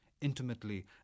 intimately